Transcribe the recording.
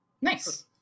Nice